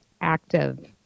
active